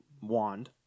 wand